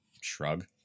shrug